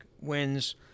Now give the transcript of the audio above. wins